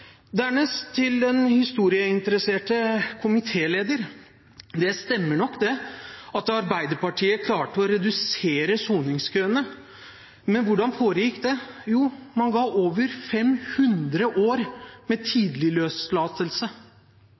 Dernest til den historieinteresserte komitéleder: Det stemmer nok at Arbeiderpartiet klarte å redusere soningskøene. Men hvordan foregikk det? Jo, man ga over 500 år med tidlig løslatelse.